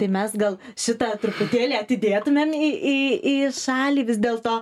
tai mes gal šitą truputėlį atidėtumėm į į į šalį vis dėlto